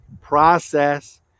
process